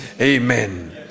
Amen